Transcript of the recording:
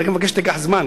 אני רק מבקש שתיקח זמן,